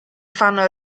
fanno